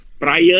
prior